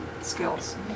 skills